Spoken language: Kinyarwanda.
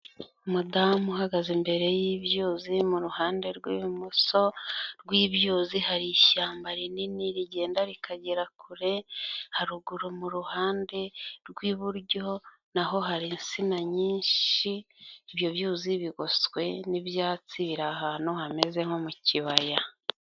Umudamu uhagaze imbere y'ibyuzi mu ruhande rw'ibumoso rw'ibyuzi hari ishyamba rinini, rigenda rikagera kure, haruguru mu ruhande rw'iburyo na ho hari insina nyinshi, ibyo byuzi bigoswe n'ibyatsi, biri ahantu hameze nko mu kibaya.